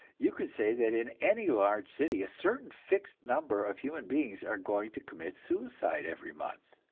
you can say that in any large city a certain fixed number of human beings are going to commit suicide every month